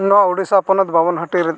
ᱱᱚᱣᱟ ᱩᱲᱤᱥᱥᱟ ᱯᱚᱱᱚᱛ ᱵᱟᱵᱚᱱ ᱦᱟᱺᱴᱤᱧ